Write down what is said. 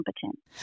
competent